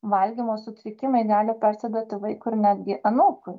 valgymo sutrikimai gali persiduoti vaikui ir netgi anūkui